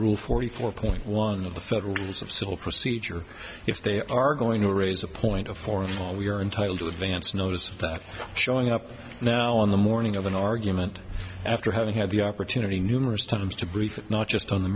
rule forty four point one of the federal rules of civil procedure if they are going to raise a point of foreign law we are entitled to advance notice of showing up now on the morning of an argument after having had the opportunity numerous times to brief not just on the